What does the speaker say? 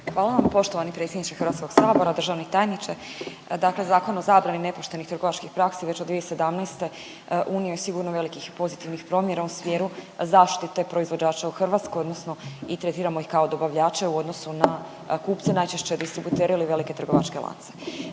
Hvala vam. Poštovani predsjedniče HS-a, državni tajniče. Dakle, Zakon o zabrani nepoštenih trgovačkih praksi već od 2017. unio je sigurno velikih pozitivnih promjena u smjeru zaštite proizvođača u Hrvatskoj odnosno i tretiramo ih kao dobavljače u odnosu na kupce, najčešće distributere ili velike trgovačke lance.